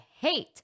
hate